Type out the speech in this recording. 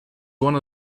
one